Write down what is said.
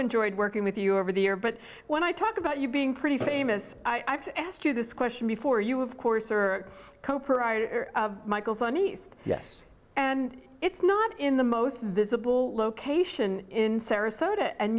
enjoyed working with you over the year but when i talk about you being pretty famous i have to ask you this question before you of course are michael sunny east yes and it's not in the most visible location in sarasota and